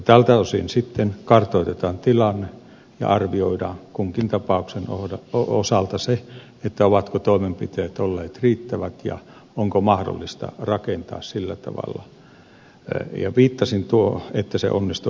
tältä osin sitten kartoitetaan tilanne ja arvioidaan kunkin tapauksen osalta se ovatko toimenpiteet olleet riittävät ja onko mahdollista rakentaa sillä tavalla että se onnistuu